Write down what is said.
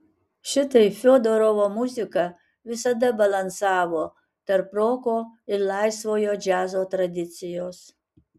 šitaip fiodorovo muzika visada balansavo tarp roko ir laisvojo džiazo tradicijos